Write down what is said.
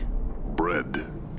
Bread